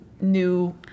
new